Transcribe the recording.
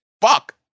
Fuck